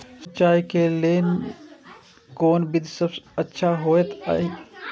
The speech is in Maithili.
सिंचाई क लेल कोन विधि सबसँ अच्छा होयत अछि?